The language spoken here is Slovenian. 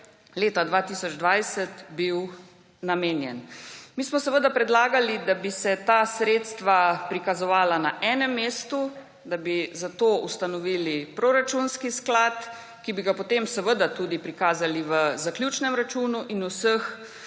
leta 2020 bil namenjen. Mi smo seveda predlagali, da bi se ta sredstva prikazovala na enem mestu, da bi zato ustanovili proračunski sklad, ki bi ga potem tudi prikazali v zaključnem računu in vseh